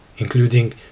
including